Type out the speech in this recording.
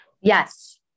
yes